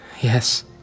Yes